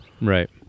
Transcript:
Right